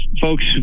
folks